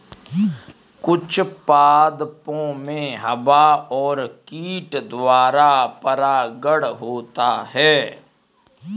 कुछ पादपो मे हवा और कीट द्वारा परागण होता है